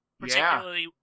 particularly